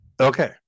okay